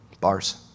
Bars